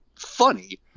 funny